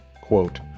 quote